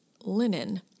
linen